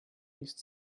liest